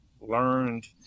learned